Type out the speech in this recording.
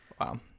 Wow